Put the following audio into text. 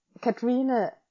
Katrina